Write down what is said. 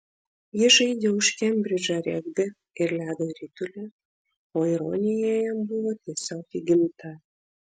jis žaidė už kembridžą regbį ir ledo ritulį o ironija jam buvo tiesiog įgimta